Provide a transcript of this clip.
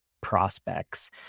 prospects